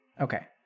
Okay